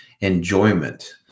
enjoyment